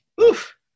Oof